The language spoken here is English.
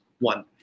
one